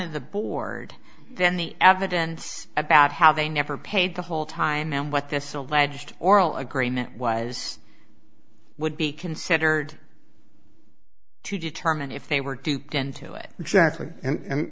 of the board then the evidence about how they never paid the whole time and what this alleged oral agreement was would be considered to determine if they were